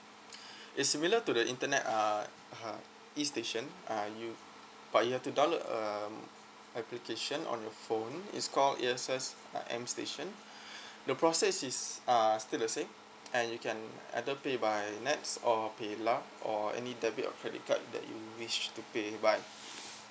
it's similar to the internet uh uh E station uh you but you have to download a application on your phone is call A_X_S uh M station the process is uh still the same and you can either pay by NETS or paylah or any debit or credit card that you wish to pay by